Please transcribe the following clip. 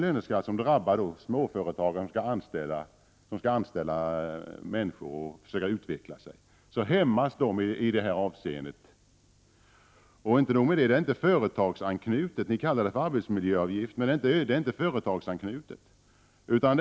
Löneskatten drabbar småföretag, när de skall försöka utveckla sin verksamhet och anställa människor. De hämmas i det avseendet. Inte nog med det - ni kallar detta för arbetsmiljöavgift, men avgiften är inte företagsanknuten.